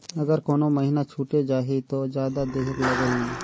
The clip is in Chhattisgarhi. अगर कोनो महीना छुटे जाही तो जादा देहेक लगही?